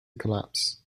collapse